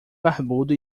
barbudo